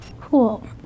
cool